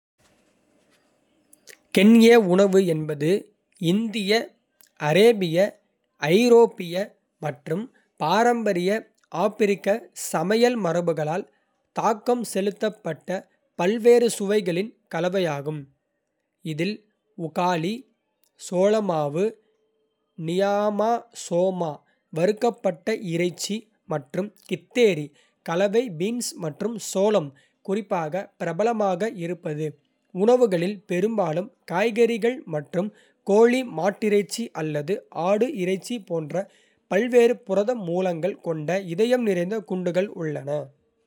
கென்ய உணவு என்பது இந்திய, அரேபிய, ஐரோப்பிய மற்றும் பாரம்பரிய ஆப்பிரிக்க சமையல் மரபுகளால் தாக்கம் செலுத்தப்பட்ட பல்வேறு சுவைகளின் கலவையாகும். இதில் உகாலி சோள மாவு நியாமா சோமா வறுக்கப்பட்ட இறைச்சி மற்றும் கித்தேரி கலவை பீன்ஸ் மற்றும் சோளம் குறிப்பாக பிரபலமாக இருப்பது. உணவுகளில் பெரும்பாலும் காய்கறிகள் மற்றும் கோழி, மாட்டிறைச்சி அல்லது ஆடு இறைச்சி போன்ற பல்வேறு புரத மூலங்கள் கொண்ட இதயம் நிறைந்த குண்டுகள் உள்ளன.